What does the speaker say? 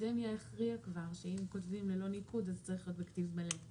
האקדמיה הכריעה כבר שאם כותבים ללא ניקוד אז צריך כתיב מלא.